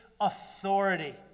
authority